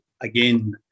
again